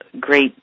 great